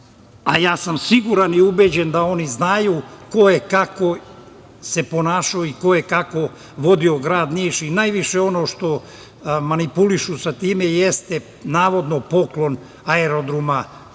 a ja sam siguran i ubeđen da oni znaju ko je kako se ponašao i ko je kako vodio grad Niš i najviše ono što manipulišu sa tim jeste navodno poklon aerodroma